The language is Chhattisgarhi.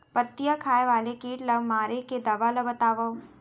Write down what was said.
पत्तियां खाए वाले किट ला मारे के दवा ला बतावव?